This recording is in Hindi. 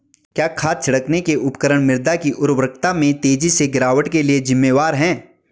क्या खाद छिड़कने के उपकरण मृदा की उर्वरता में तेजी से गिरावट के लिए जिम्मेवार हैं?